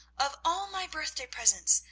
of all my birthday presents,